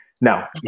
Now